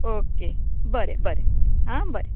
okay बरें बरें आं बरें